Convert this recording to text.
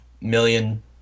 million